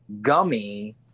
gummy